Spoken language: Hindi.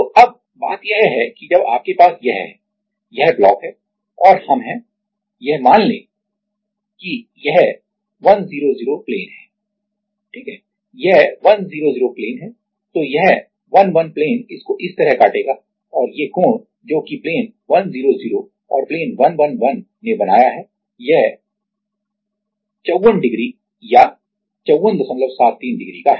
तो अब बात यह है कि जब आपके पास यह है यह ब्लॉक है और हम हैं यह मान लें कि यह 100 प्लेन है ठीक है यह 100 प्लेन है तो यह 111 प्लेन इसको इस तरह काटेगा और ये कोण जो कि प्लेन 100 और प्लेन 111 ने बनाया है यह 54 डिग्री या 5473 डिग्री का है